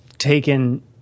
Taken